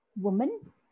woman